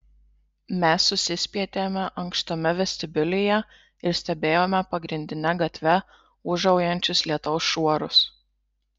mes susispietėme ankštame vestibiulyje ir stebėjome pagrindine gatve ūžaujančius lietaus šuorus